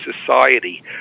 society